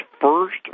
first